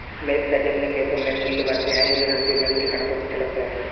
मेरे पिताजी अपने खेतों में मूली उगाते हैं मुझे सर्दियों में मूली खाना बहुत अच्छा लगता है